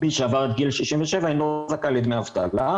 מי שעבר את גיל 67 אינו זכאי לדמי אבטלה.